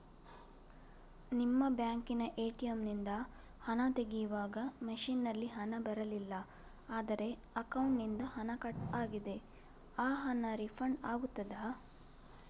ನಿಮ್ಮ ಬ್ಯಾಂಕಿನ ಎ.ಟಿ.ಎಂ ನಿಂದ ಹಣ ತೆಗೆಯುವಾಗ ಮಷೀನ್ ನಲ್ಲಿ ಹಣ ಬರಲಿಲ್ಲ ಆದರೆ ಅಕೌಂಟಿನಿಂದ ಹಣ ಕಟ್ ಆಗಿದೆ ಆ ಹಣ ರೀಫಂಡ್ ಆಗುತ್ತದಾ?